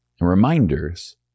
Reminders